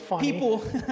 people